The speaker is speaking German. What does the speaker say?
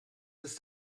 ist